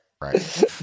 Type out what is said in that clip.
right